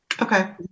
Okay